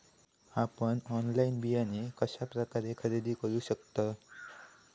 आपन ऑनलाइन बियाणे कश्या प्रकारे खरेदी करू शकतय?